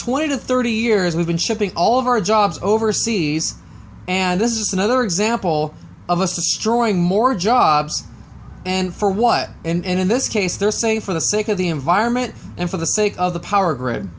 twenty to thirty years we've been shipping all of our jobs overseas and this is another example of us destroying more jobs and for what and in this case they're saying for the sake of the environment and for the sake of the power grid